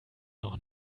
noch